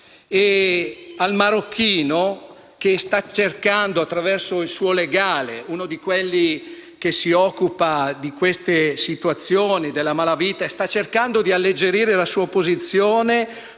Il marocchino sta cercando, attraverso il suo legale (uno di quelli che si occupa di queste situazioni e della malavita), di alleggerire la sua posizione,